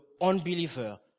unbeliever